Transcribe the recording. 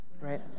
right